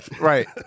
right